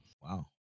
Wow